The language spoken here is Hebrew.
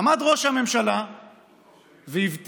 עמד ראש הממשלה והבטיח